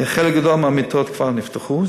חלק גדול מהמיטות כבר נפתחו,